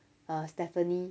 err stephanie